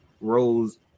Rose